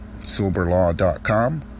silverlaw.com